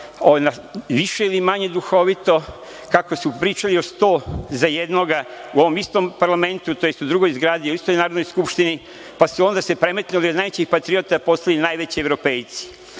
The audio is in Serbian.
više ili manje duhovito, kako su pričali o „sto za jednoga“, u ovom istom parlamentu, tj. u drugoj zgradi ali u istoj Narodnoj skupštini, pa su se onda premetnuli i od najvećih patriota postali najveći evropejci. Možemo